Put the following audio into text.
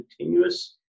continuous